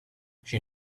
she